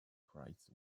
prize